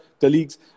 colleagues